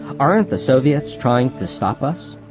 aren't the soviets trying to stop us?